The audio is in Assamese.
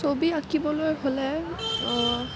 ছবি আঁকিবলৈ হ'লে অঁ